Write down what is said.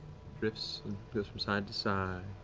drifts from side to side,